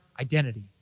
identity